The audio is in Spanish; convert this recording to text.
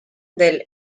del